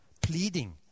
pleading